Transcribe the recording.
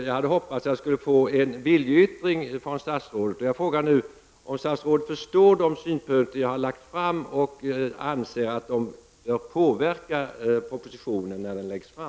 Jag hade hoppats på en viljeyttring från statsrådets sida. Jag frågar nu om statsrådet förstår de synpunkter som jag har lagt fram och anser att de bör påverka propositionen, innan den läggs fram.